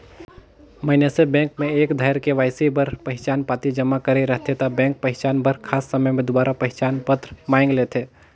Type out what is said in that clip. मइनसे बेंक में एक धाएर के.वाई.सी बर पहिचान पाती जमा करे रहथे ता बेंक पहिचान बर खास समें दुबारा पहिचान पत्र मांएग लेथे